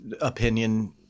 opinion